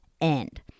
end